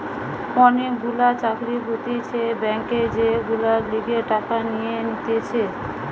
অনেক গুলা চাকরি হতিছে ব্যাংকে যেগুলার লিগে টাকা নিয়ে নিতেছে